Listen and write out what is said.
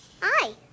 Hi